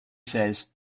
says